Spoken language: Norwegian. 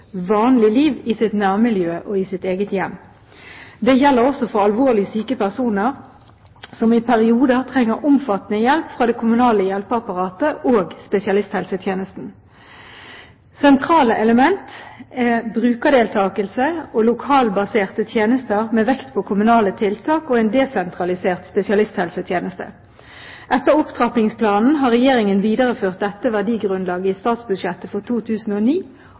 vanlig liv i sitt nærmiljø og i sitt eget hjem. Det gjelder også for alvorlig syke personer, som i perioder trenger omfattende hjelp fra det kommunale hjelpeapparatet og spesialisthelsetjenesten. Sentrale elementer er brukerdeltakelse og lokalbaserte tjenester med vekt på kommunale tiltak og en desentralisert spesialisthelsetjeneste. Etter opptrappingsplanen har Regjeringen videreført dette verdigrunnlaget i statsbudsjettene for 2009